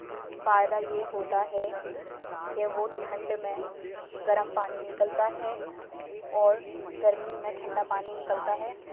فائدہ یہ ہوتا ہے کہ وہ ٹھنڈ میں گرم پانی نکلتا ہے اور گرمی میں ٹھنڈا پانی نکلتا ہے